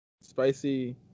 spicy